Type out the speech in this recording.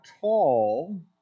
tall